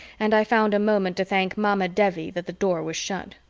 and i found a moment to thank mamma devi that the door was shut.